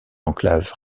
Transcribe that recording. enclaves